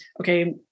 okay